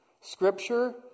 Scripture